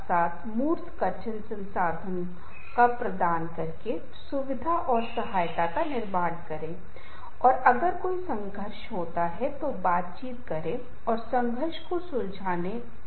लेकिन फिर से यह भी महत्वपूर्ण है कि जब लोग संघर्ष के कारण समस्या के कारण गहरे संबंध बना रहे हों क्योंकि समस्या और संघर्ष हमारे जीवन का हिस्सा हैं